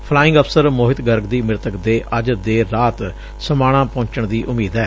flying ਅਫਸਰ ਮੋਹਿਤ ਗਰਗ ਦੀ ਮ੍ਰਿਤਕ ਦੇਹ ਅੱਜ ਦੇਰ ਰਾਤ ਸਮਾਣਾ ਪਹੁੰਚਣ ਦੀ ਉਮੀਦ ਐ